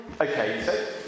Okay